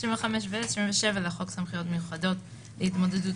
25 ו-27 לחוק סמכויות מיוחדות להתמודדות